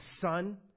Son